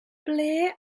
ble